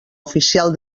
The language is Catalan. oficial